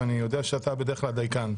ואני יודע שאתה בדרך כלל דייקן.